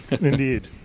Indeed